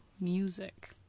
Music